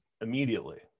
immediately